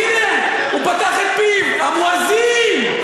הנה, הוא פתח את פיו, המואזין.